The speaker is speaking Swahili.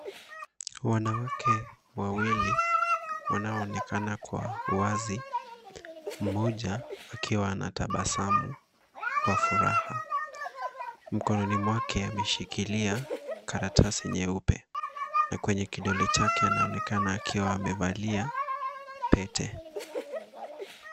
Wanawake wawili wanaonekana kwa uwazi mmoja akiwa anatabasamu kwa furaha. Mkononi mwake ameshikilia karatasi nyeupe na kwenye kidole chake anaonekana akiwa amevalia pete.